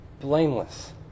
blameless